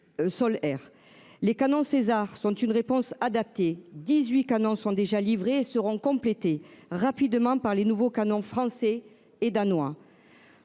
Les canons Caesar sont une réponse adaptée. Dix-huit canons sont déjà livrés et seront complétés rapidement par de nouveaux canons français et danois.